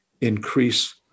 increase